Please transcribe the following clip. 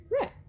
Right